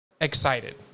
excited